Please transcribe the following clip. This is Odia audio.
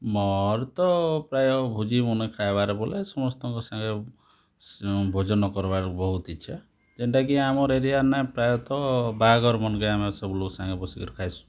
ମୋର ତ ପ୍ରାୟ ଭୋଜି ମାନେ ଖାଇବାର ବୋଲେ ସମସ୍ତଙ୍କ ସାଙ୍ଗରେ ଭୋଜନ କରିବାର ବହୁତ ଇଚ୍ଛା ଏନ୍ତା କି ଆମର ଏରିଆ ନା ପ୍ରାୟତଃ ବାହାଘର ମାନଙ୍କେ ଆମେ ସବୁ ଲୋକ ସାଙ୍ଗକେ ବସିକିର ଖାଇସୁଁ